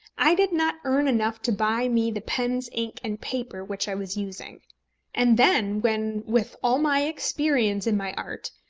i did not earn enough to buy me the pens, ink, and paper which i was using and then when, with all my experience in my art,